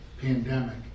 pandemic